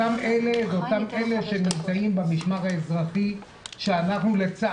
אלה אותם אלה שנמצאים במשמר האזרחי שלצערנו,